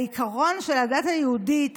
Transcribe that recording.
העיקרון של הדת היהודית,